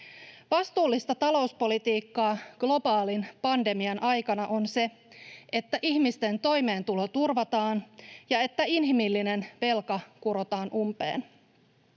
Vastuullista talouspolitiikkaa globaalin pandemian aikana on se, että ihmisten toimeentulo turvataan ja että inhimillinen velka kurotaan umpeen.